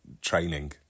training